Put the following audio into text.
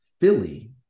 Philly